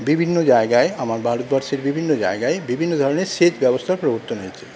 বিভিন্ন জায়গায় আমার ভারতবর্ষের বিভিন্ন জায়গায় বিভিন্ন ধরনের সেচ ব্যবস্থার প্রবর্তন হয়েছে